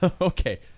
Okay